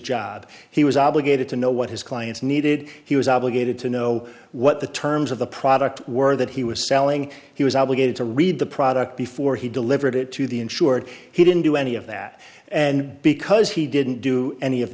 job he was obligated to know what his clients needed he was obligated to know what the terms of the product were that he was selling he was obligated to read the product before he delivered it to the insured he didn't do any of that and because he didn't do any of